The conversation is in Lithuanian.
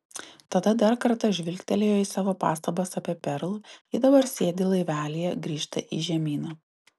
tada dar kartą žvilgtelėjo į savo pastabas apie perl ji dabar sėdi laivelyje grįžta į žemyną